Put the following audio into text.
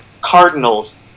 Cardinals